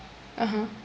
(uh huh)